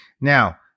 Now